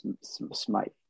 smite